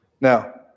Now